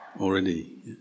Already